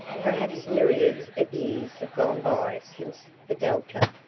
perhaps myriads of years have gone by since the delta,